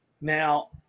Now